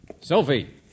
Sophie